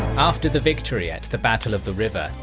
after the victory at the battle of the river,